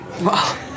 Wow